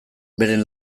beren